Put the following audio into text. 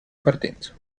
partenza